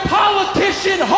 politician